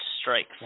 strike